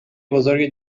بزرگ